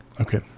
Okay